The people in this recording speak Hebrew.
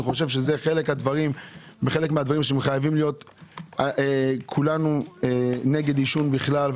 אלה חלק מהדברים שחייבים להיות כולנו נגד עישון בכלל.